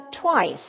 twice